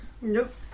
Nope